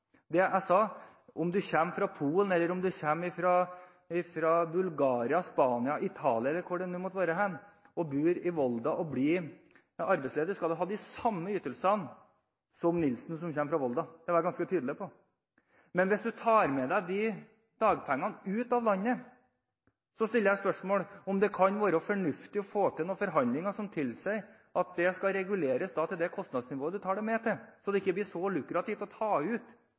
Det jeg sa, var at om du kommer fra Polen, eller om du kommer fra Bulgaria, Spania, Italia eller hvor det måtte være, og du bor i Volda og blir arbeidsledig, skal du ha de samme ytelsene som Nilsen som kommer fra Volda. Det var jeg ganske tydelig på. Men hvis du tar med deg dagpengene ut av landet, stiller jeg spørsmålet om det kan være fornuftig å få til forhandlinger som tilsier at de skal reguleres til det kostnadsnivået som er der du tar dem med, slik at det ikke blir så lukrativt å ta ut